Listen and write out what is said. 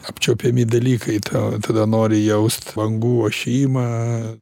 apčiuopiami dalykai tau tada nori jaust bangų ošimą